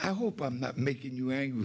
i hope i'm not making you angry